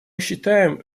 считаем